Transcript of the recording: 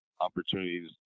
opportunities